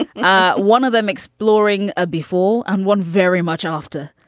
you know one of them exploring a before and one very much after.